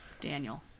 Daniel